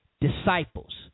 disciples